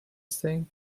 same